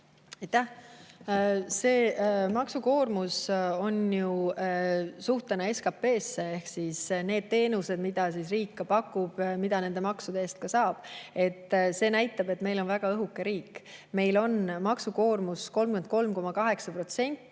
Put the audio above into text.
See maksukoormus on ju suhtena SKP‑sse ehk need teenused, mida riik pakub, mida nende maksude eest saab. See näitab, et meil on väga õhuke riik. Meil on maksukoormus 33,8%.